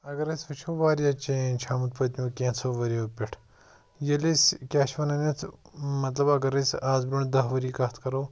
اَگر ٲسۍ وُچھو واریاہ چینج چھِ آمٕژ پٔتۍمٮ۪و کینٛژو ؤرۍیَو پؠٹھ ییٚلہِ ٲسۍ کیٛاہ چھِ وَنان یَتھ مَطلب اَگر ٲسۍ اَز برٛوٗنٛٹھ دَہ ؤری کَتھ کَرو